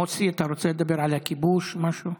מוסי, אתה רוצה לדבר על הכיבוש, משהו?